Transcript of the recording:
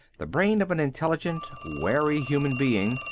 the brain of an intelligent, wary human being.